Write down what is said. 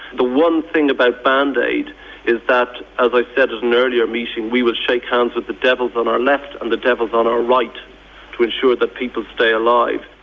the one thing about band aid is that, as i said at an earlier meeting, we will shak hands with the devils on our left and the devils on our right to ensure that people stay alive.